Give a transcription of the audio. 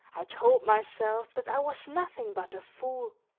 i told myself that i was nothing but a fool,